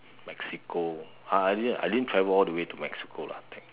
Mexico I I didn't I didn't travel all the way to Mexico lah